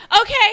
okay